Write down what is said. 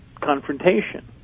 confrontation